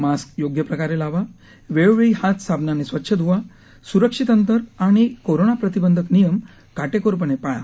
mask योग्य प्रकारे लावा वेळोवेळी हात साबणाने स्वच्छ धुवा सुरक्षित अंतर आणि कोरोना प्रतिबंधक नियम काटेकोरपणे पाळा